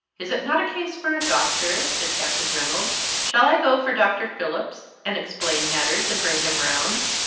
is it not a case for a doctor? said captain reynolds. shall i go for dr. phillips, and explain matters, and bring him round?